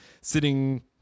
sitting